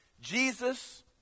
Jesus